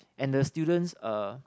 and the students uh